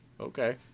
Okay